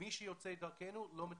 מי שיוצא דרכנו, לא מתוקצב.